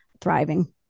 thriving